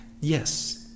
Yes